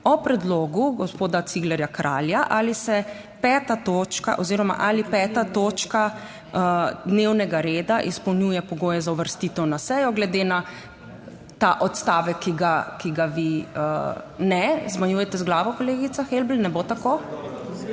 o predlogu gospoda Ciglerja Kralja, ali se 5. točka oziroma ali 5. točka dnevnega reda izpolnjuje pogoje za uvrstitev na sejo, glede na ta odstavek, ki ga vi... Ne, zmajujete z glavo, kolegica Helbl, ne bo tako?